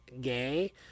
gay